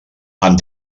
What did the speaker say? amb